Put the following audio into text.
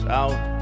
out